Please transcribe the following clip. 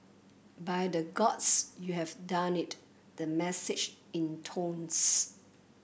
by the Gods you have done it the message intones